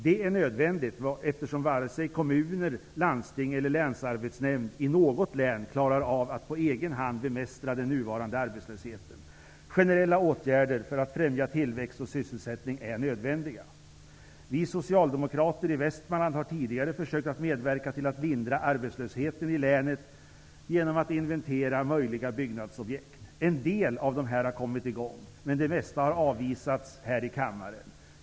Det är nödvändigt, eftersom varken kommuner, landsting eller länsarbetsnämnd i något län klarar av att på egen hand bemästra den nuvarande arbetslösheten. Generella åtgärder för att främja tillväxt och sysselsättning är nödvändiga! Vi socialdemokrater i Västmanland har tidigare försökt att medverka till att lindra arbetslösheten i länet genom att inventera möjliga byggnadsobjekt. En del av dessa har kommit i gång, men de flesta har avvisats här i kammaren.